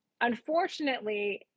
Unfortunately